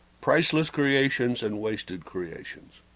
priceless creations and wasted creations